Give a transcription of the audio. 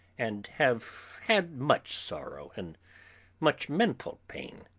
and have had much sorrow and much mental pain,